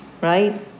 right